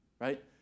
right